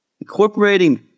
incorporating